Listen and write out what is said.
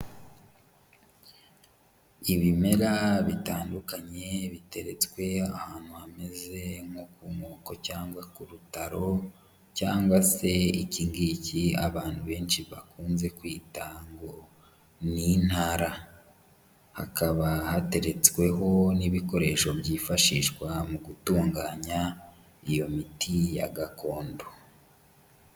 Ibimera bitandukanye biteretswe ahantu hameze nko ku nkoko cyangwa ku rutaro cyangwa se iki ngiki abantu benshi bakunze kwita ngo ni intara, hakaba hateretsweho n'ibikoresho byifashishwa mu gutunganya iyo miti ya gakondo.